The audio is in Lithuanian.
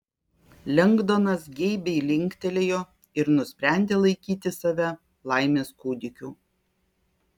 lengdonas geibiai linktelėjo ir nusprendė laikyti save laimės kūdikiu